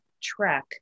track